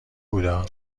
بودا